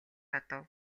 одов